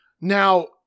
Now